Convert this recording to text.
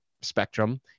spectrum